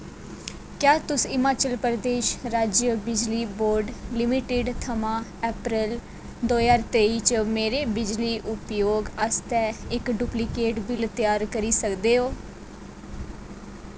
क्या तुस हिमाचल प्रदेश राज्य बिजली बोर्ड लिमिटेड थमां अप्रैल दो ज्हार त्रेई च मेरे बिजली उपयोग आस्तै इक डुप्लिकेट बिल त्यार करी सकदे ओ